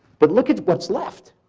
but look at what's left.